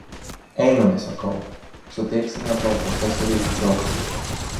einame sakau suteiksime tavo profesoriui džiaugsmo